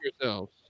Yourselves